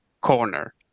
corner